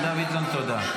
חבר הכנסת דוידסון, תודה.